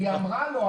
היא אמרה לו,